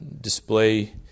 display